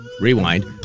Rewind